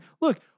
Look